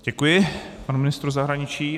Děkuji panu ministru zahraničí.